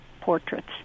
portraits